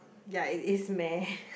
yea it is meh